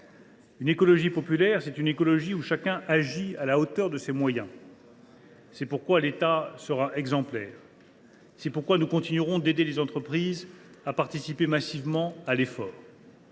Une écologie populaire suppose que chacun agisse à la hauteur de ses moyens. C’est pourquoi l’État sera exemplaire. C’est pourquoi nous continuerons d’aider les entreprises à participer activement à l’effort.